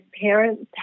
parents